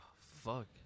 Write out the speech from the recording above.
fuck